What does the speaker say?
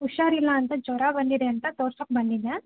ಹುಷಾರಿಲ್ಲ ಅಂತ ಜ್ವರ ಬಂದಿದೆ ಅಂತ ತೋರ್ಸೋಕೆ ಬಂದಿದ್ದೆ